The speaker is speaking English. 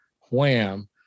wham